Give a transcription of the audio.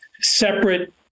separate